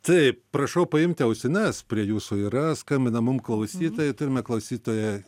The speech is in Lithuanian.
taip prašau paimti ausines prie jūsų yra skambina mum klausytoja turime klausytoją